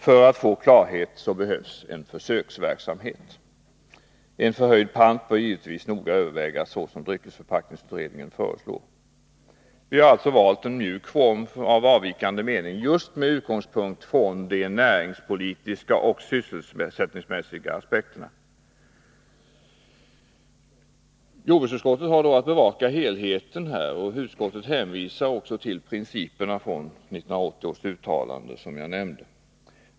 För att få klarhet behövs en försöksverksamhet. En förhöjd pant bör naturligtvis noga övervägas, såsom dryckesförpackningsutredningen föreslår. Vi har alltså valt en mjuk form av avvikande mening just med utgångspunkt från de näringspolitiska och sysselsättningsmässiga aspekterna. Jordbruksutskottet har då att bevaka helheten här. Utskottet hänvisar också till principerna i 1980 års uttalande, som jag nämnde.